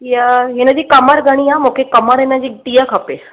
इहा हिन जी कमर घणी आहे मूंखे कमर हिन जी टीह खपे